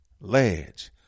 Ledge